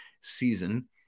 season